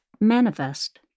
manifest